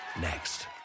Next